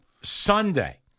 Sunday